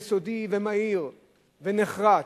יסודי ומהיר ונחרץ.